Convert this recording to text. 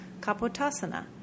Kapotasana